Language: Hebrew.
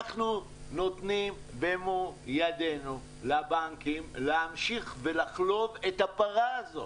אנחנו נותנים במו ידנו לבנקים להמשיך ולחלוב את הפרה הזאת.